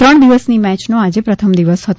ત્રણ દિવસની મેચનો આજે પ્રથમ દિવસ હતો